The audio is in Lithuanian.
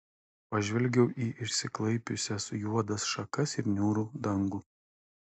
pažvelgiau į išsiklaipiusias juodas šakas ir niūrų dangų